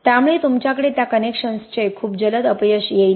त्यामुळे तुमच्याकडे त्या कनेक्शन्सचे खूप जलद अपयश येईल